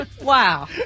wow